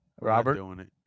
Robert